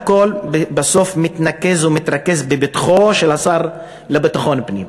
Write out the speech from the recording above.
הכול בסוף מתנקז ומתרכז בפתחו של השר לביטחון פנים,